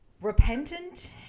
repentant